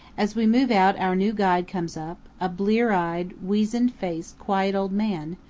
as we move out our new guide comes up, a blear-eyed, weazen-faced, quiet old man,